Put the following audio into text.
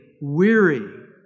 weary